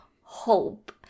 hope